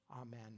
Amen